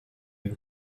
you